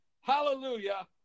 Hallelujah